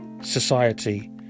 society